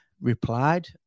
replied